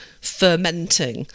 fermenting